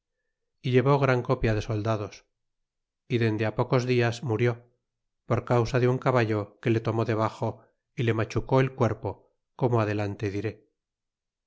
y llevó gran copia de soldados y dende pocos dias murió por causa de un caballo que le tomó debaxo y le machucó el cuerpo como adelante diré